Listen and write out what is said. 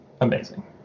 amazing